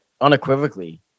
unequivocally